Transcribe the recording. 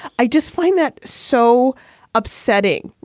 i just find that so upsetting,